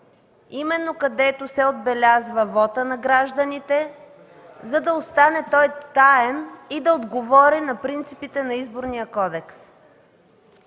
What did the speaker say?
именно където се отбелязва вота на гражданите, за да остане той таен и да отговори на принципите на Изборния кодекс.